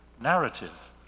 narrative